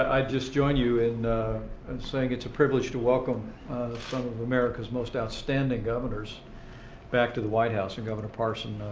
i just join you in and saying it's a privilege to welcome some of america's most outstanding governors back to the white house. and governor parson,